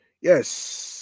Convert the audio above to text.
Yes